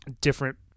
different